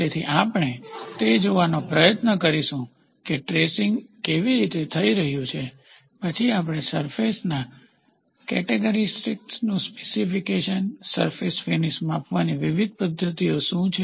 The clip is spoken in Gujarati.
તેથી આપણે તે જોવાનો પ્રયત્ન કરીશું કે ટ્રેસિંગ કેવી રીતે થઈ રહ્યું છે પછી સરફેસના કેરેકટરીસ્ટીકનું સ્પેશીફિકેશન સરફેસ ફીનીશમાપવાની વિવિધ પદ્ધતિઓ શું છે